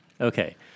Okay